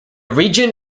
region